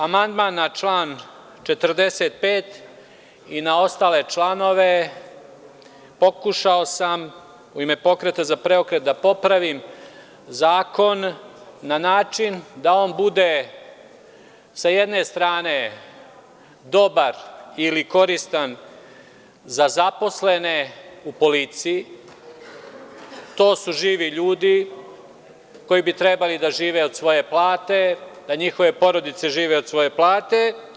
Amandman na član 45. i na ostale članove pokušao sam u ime „Pokreta za preokret“ da popravim zakon na način da on bude sa jedne strane dobar ili koristan za zaposlene u policiji, to su živi ljudi koji bi trebali da žive od svoje plate, da njihove porodice žive od svoje plate.